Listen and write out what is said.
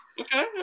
Okay